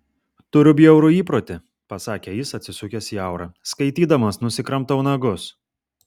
turiu bjaurų įprotį pasakė jis atsisukęs į aurą skaitydamas nusikramtau nagus